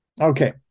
Okay